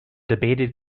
debated